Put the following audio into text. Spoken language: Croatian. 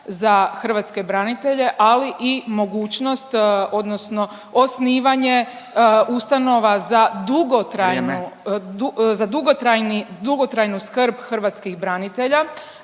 za hrvatske branitelje, ali i mogućnost odnosno osnivanje ustanova za dugotrajnu…/Upadica Radin: